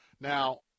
now